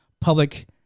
public